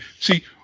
See